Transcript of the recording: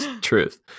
truth